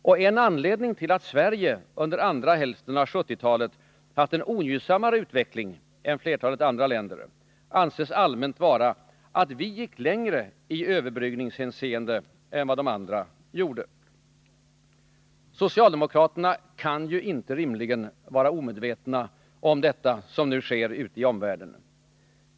Och en anledning till att Sverige under andra hälften av 1970-talet har haft en ogynnsammare utveckling än flertalet andra länder anses allmänt vara att vi gick längre i överbryggningshänseende än vad andra gjorde. Socialdemokraterna kan inte rimligen vara omedvetna om vad som nu sker i omvärlden.